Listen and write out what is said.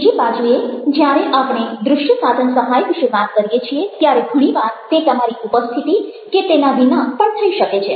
બીજી બાજુએ જ્યારે આપણે દ્રશ્ય સાધન સહાય વિશે વાત કરીએ છીએ ત્યારે ઘણી વાર તે તમારી ઉપસ્થિતિ કે તેના વિના પણ થઈ શકે છે